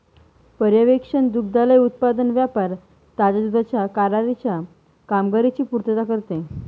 पर्यवेक्षण दुग्धालय उत्पादन व्यापार ताज्या दुधाच्या कराराच्या कामगिरीची पुर्तता करते